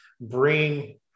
bring